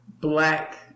black